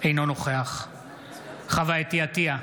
אינו נוכח חוה אתי עטייה,